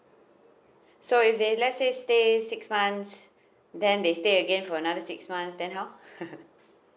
so if they let's say stay six months then they stay again for another six months then how